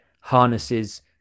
harnesses